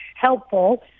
helpful